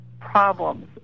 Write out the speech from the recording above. problems